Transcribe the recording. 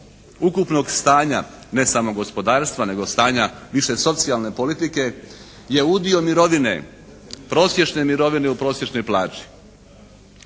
ukupnog stanja ne samo gospodarstva nego stanja više socijalne politike je udio mirovine, prosječne mirovine u prosječnoj plaći.